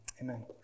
Amen